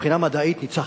מבחינה מדעית ניצחת.